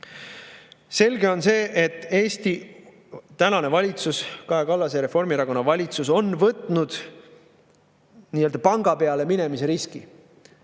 Selge on see, et Eesti praegune valitsus, Kaja Kallase ja Reformierakonna valitsus on võtnud nii-öelda panga peale minemise riski,